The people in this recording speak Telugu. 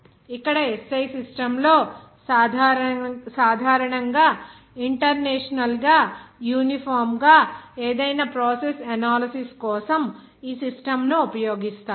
ఇక్కడ SI సిస్టం లో సాధారణంగా ఇంటర్నేషనల్ గా యూనిఫామ్ గా ఏదైనా ప్రాసెస్ ఎనాలిసిస్ కోసం సిస్టమ్ ను ఉపయోగిస్తారు